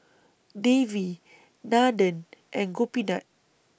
Devi Nandan and Gopinath